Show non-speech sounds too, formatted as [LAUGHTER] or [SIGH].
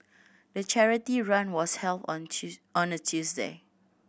the charity run was held on [UNINTELLIGIBLE] on a Tuesday